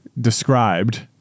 described